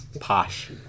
Posh